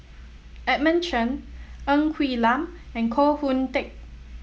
Edmund Chen Ng Quee Lam and Koh Hoon Teck